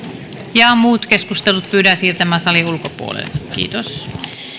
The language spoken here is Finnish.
muut keskustelut pyydän siirtämään salin ulkopuolelle kiitos